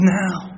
now